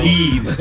Leave